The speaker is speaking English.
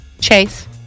Chase